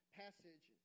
passage